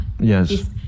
Yes